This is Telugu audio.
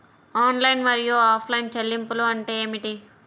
ఆన్లైన్ మరియు ఆఫ్లైన్ చెల్లింపులు అంటే ఏమిటి?